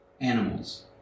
animals